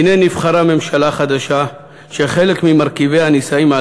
הנה נבחרה ממשלה חדשה שחלק ממרכיבה נישאים על